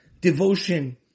devotion